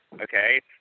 Okay